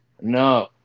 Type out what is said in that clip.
No